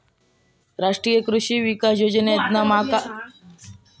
राष्ट्रीय कृषी विकास योजनेतना मका खत आणि शेती कर्ज मिळुक अडचण नाय होत